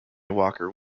walker